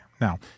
Now